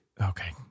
okay